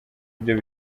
byo